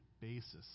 basis